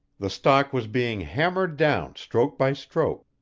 the stock was being hammered down stroke by stroke.